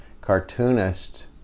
cartoonist